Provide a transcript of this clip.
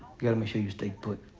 gotta make sure you stay put.